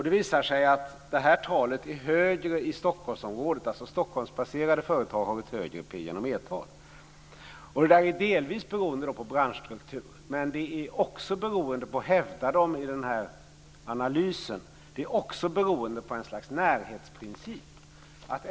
Det visade sig att talet är högre i Stockholmsområdet - Stockholmsbaserade företag har alltså ett högre p/e-tal. Det beror delvis på branschstrukturer, men det beror också på ett slags närhetsprincip, hävdar man i analysen.